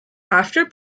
after